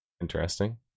interesting